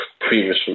previous